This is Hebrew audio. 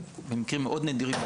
במקרים מאוד נדירים,